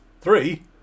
Three